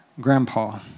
grandpa